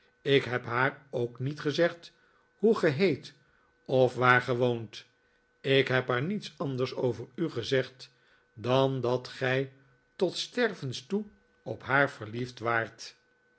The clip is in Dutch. ik heb haar ook niet gezegd hoe ge heet of waar ge woont ik heb haar niets anders over u gezegd dan dat gij tot stervens toe op haar verliefd waart